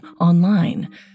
online